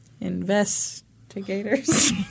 Investigators